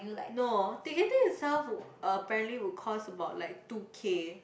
no ticketing itself apparently would cost about like two K